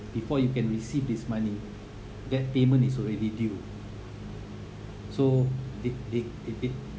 before you can receive this money yet payment is already due so they they they they